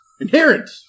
inherent